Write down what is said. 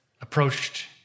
approached